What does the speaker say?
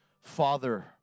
Father